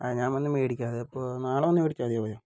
ആ ഞാൻ വന്ന് മേടിക്കാം അത് അപ്പോൾ നാളെ വന്ന് മേടിച്ചാൽ മതിയോ